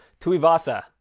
Tuivasa